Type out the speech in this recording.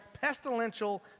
pestilential